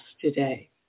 today